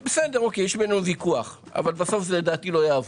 יש בינינו ויכוח אבל בסוף לדעתי זה לא יעבור.